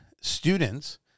students